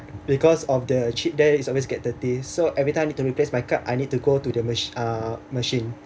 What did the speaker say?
because of the chip there is always get dirty so every time need to replace my card I need to go to the machine uh machine